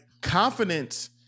Confidence